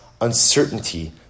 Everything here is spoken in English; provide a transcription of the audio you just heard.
uncertainty